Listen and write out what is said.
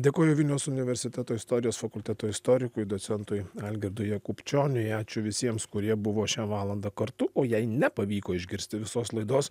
dėkoju vilniaus universiteto istorijos fakulteto istorikui docentui algirdui jakubčioniui ačiū visiems kurie buvo šią valandą kartu o jei nepavyko išgirsti visos laidos